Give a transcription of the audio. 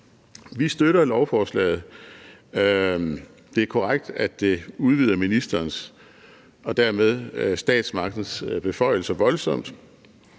Vi støtter lovforslaget. Det er korrekt, at det udvider ministerens og dermed statsmagtens beføjelser voldsomt.